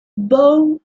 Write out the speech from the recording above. baum